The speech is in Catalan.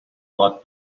vot